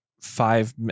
five